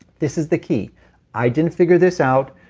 this is the key i didn't figure this out,